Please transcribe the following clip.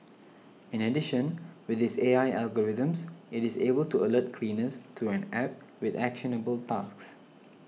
in addition with its A I algorithms it is able to alert cleaners through an App with actionable tasks